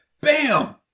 BAM